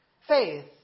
Faith